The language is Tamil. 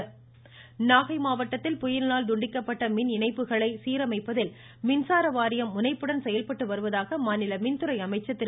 கஜா தங்கமணி நாகை மாவட்டத்தில் புயலினால் துண்டிக்கப்பட்ட மின் இணைப்புகளை சீரமைப்பதில் மின்சார வாரியம் முனைப்புடன் செயல்பட்டு வருவதாக மாநில மின்துறை அமைச்சர் திரு